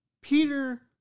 Peter